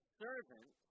servant